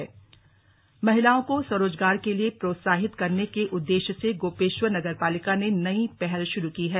आजीविका केंद्र महिलाओं को स्वरोजगार के लिए प्रोत्साहित करने के उद्देश्य से गोपेश्वर नगर पालिका ने नई पहल शुरू की है